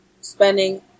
spending